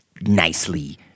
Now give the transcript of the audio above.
nicely